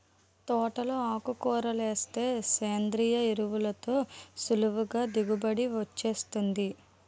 తోటలో ఆకుకూరలేస్తే సేంద్రియ ఎరువులతో సులువుగా దిగుబడి వొచ్చేత్తాది